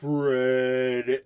Fred